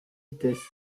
vitesses